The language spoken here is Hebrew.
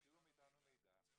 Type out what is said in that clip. הסתירו מאיתנו מידע,